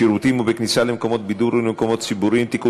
בשירותים ובכניסה למקומות בידור ולמקומות ציבוריים (תיקון